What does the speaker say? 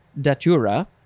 datura